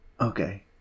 Okay